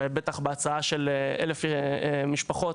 בטח בהצעה של 1,000 משפחות,